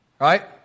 right